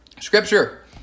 Scripture